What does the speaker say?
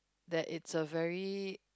that it's a very